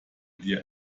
dir